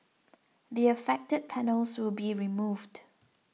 the affected panels will be removed